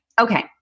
Okay